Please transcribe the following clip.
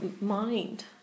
mind